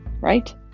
Right